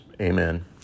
amen